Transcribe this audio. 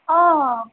অঁ